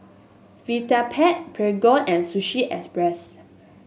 Vitapet Prego and Sushi Express